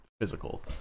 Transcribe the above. physical